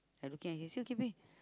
I looking at him